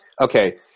okay